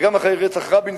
וגם אחרי רצח רבין,